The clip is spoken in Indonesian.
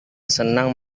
senang